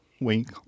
Wink